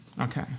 Okay